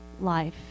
life